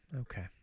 Okay